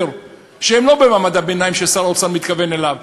שהם לא במעמד הביניים ששר האוצר מתכוון אליו,